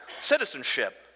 citizenship